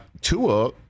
Tua